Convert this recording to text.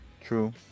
True